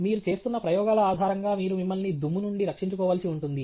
మీరు చేస్తున్న ప్రయోగాల ఆధారంగా మీరు మిమ్మల్ని దుమ్ము నుండి రక్షించుకోవలసి ఉంటుంది